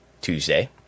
Tuesday